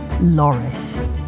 loris